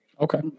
Okay